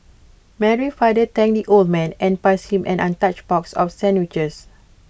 Mary's father thanked the old man and passed him an untouched box of sandwiches